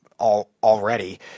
Already